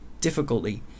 difficulty